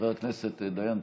חבר הכנסת דיין,